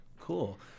Cool